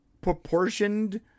proportioned